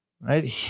Right